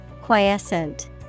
Quiescent